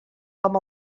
com